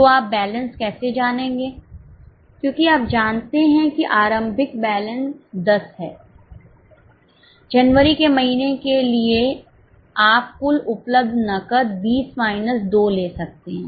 तो आप बैलेंस कैसे जानेंगे क्योंकि आप जानते हैं कि आरंभिक बैलेंस 10 है जनवरी के महीने के लिए आप कुल उपलब्ध नकद 20 माइनस 2 ले सकते हैं